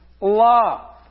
Love